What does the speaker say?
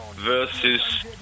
versus